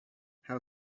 how